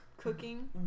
cooking